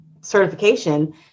certification